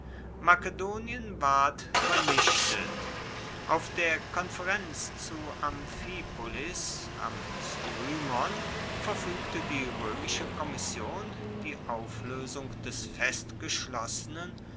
makedonien ward vernichtet auf der konferenz zu amphipolis am strymon verfuegte die roemische kommission die aufloesung des